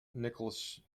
nicholas